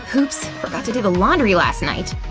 ah oops, forgot to do the laundry last night.